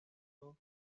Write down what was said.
juegos